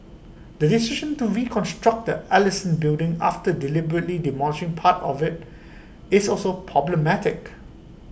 the decision to reconstruct the Ellison building after deliberately demolishing part of IT is also problematic